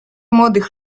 młodych